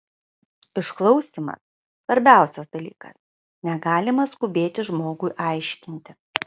išklausymas svarbiausias dalykas negalima skubėti žmogui aiškinti